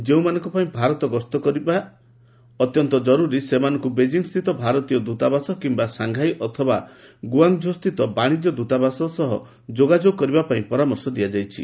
ଯେଉଁମାନଙ୍କ ପାଇଁ ଭାରତ ଗସ୍ତ କରିବା ଅତ୍ୟନ୍ତ କରୁରୀ ସେମାନଙ୍କୁ ବେଜିଂ ସ୍ଥିତ ଭାରତୀୟ ଦୂତାବାସ କିମ୍ବା ସାଂଘାଇ ଅଥବା ଗୁଆଙ୍ଗଝୋସ୍ଥିତ ବାଣିଜ୍ୟ ଦୂତାବାସ ସହ ଯୋଗାଯୋଗ କରିବା ପାଇଁ ପରାମର୍ଶ ଦିଆଯାଇଛି